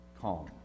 calm